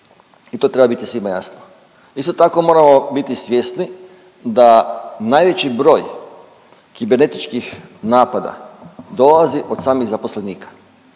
i to treba biti svima jasno. Isto tako, moramo biti svjesni da najveći broj kibernetičkih napada dolazi od samih zaposlenika.